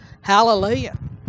Hallelujah